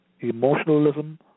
emotionalism